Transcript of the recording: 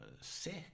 sick